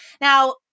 Now